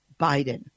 Biden